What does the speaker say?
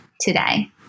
today